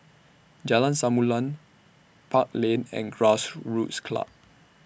Jalan Samulun Park Lane and Grassroots Club